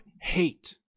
hate